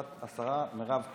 השרה מירב כהן,